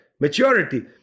maturity